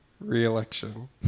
re-election